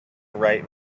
right